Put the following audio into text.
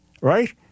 right